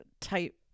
type